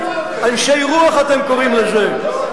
"אנשי רוח" אתם קוראים לזה.